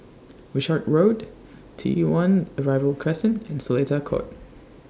Wishart Road T one Arrival Crescent and Seletar Court